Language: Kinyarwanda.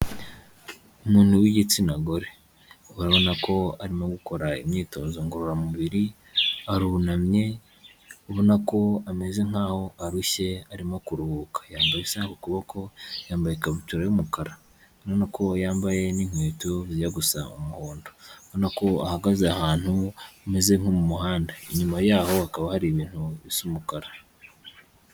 Umuntu w'igitsina gore. Urabona ko arimo gukora imyitozo ngororamubiri, arunamye, ubona ko ameze nkaho arushye arimo kuruhuka. Yambaye isaha ku kuboko, yambaye ikabutura y'umukara. Urabona ko yambaye n'inkweto zijya gusa umuhondo. Urabona ko ahagaze ahantu hameze nko mu muhanda. Inyuma yaho hakaba hari ibintu bisa umukara.